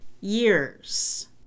years